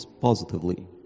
positively